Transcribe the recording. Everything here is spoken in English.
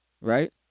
right